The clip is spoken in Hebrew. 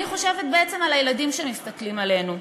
אני חושבת בעצם על הילדים שמסתכלים עלינו,